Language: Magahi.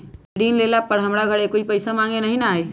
ऋण लेला पर हमरा घरे कोई पैसा मांगे नहीं न आई?